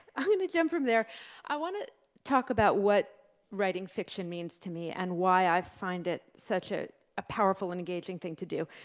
i'm going to jump from there i want to talk about what writing fiction means to me, and why i find it such a powerful and engaging thing to do.